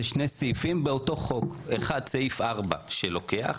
אבל שניהם זה שני סעיפים באותו חוק: אחד סעיף 4 שלוקח,